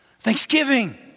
Thanksgiving